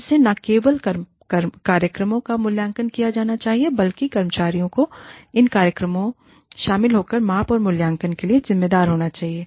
फिर से न केवल कार्यक्रमों का मूल्यांकन किया जाना चाहिए बल्कि कर्मचारियों को इन कार्यक्रमों शामिल होकर माप और मूल्यांकन के लिए जिम्मेदार होना चाहिए